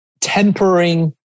tempering